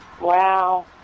Wow